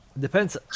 Depends